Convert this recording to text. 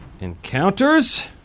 encounters